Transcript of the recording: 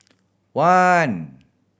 one